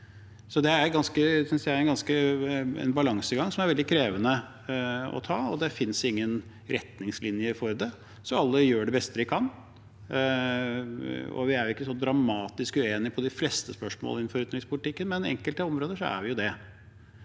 jeg er en balansegang som er veldig krevende. Det finnes ingen retningslinjer for det, så alle gjør det beste de kan. Vi er ikke så dramatisk uenig i de fleste spørsmål innenfor utenrikspolitikken, men på enkelte områder er vi jo det.